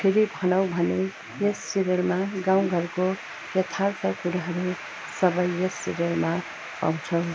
फेरि भनौँ भने यस सिरियलमा गाउँ घरको यथार्थ कुराहरू सबै यस सिरियलमा पाउँछौँ